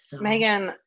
Megan